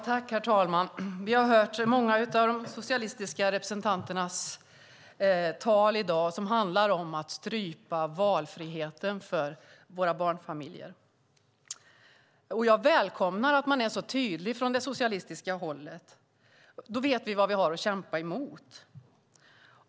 Herr talman! Vi har hört många av de socialistiska representanternas tal i dag som handlar om att strypa valfriheten för våra barnfamiljer. Och jag välkomnar att man är så tydlig från det socialistiska hållet. Då vet vi vad vi har att kämpa emot.